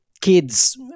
kids